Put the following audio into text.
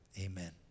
amen